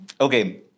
Okay